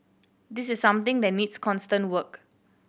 this is something that needs constant work